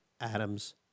Adams